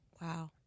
Wow